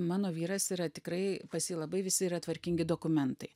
mano vyras yra tikrai pas jį labai visi yra tvarkingi dokumentai